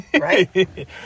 Right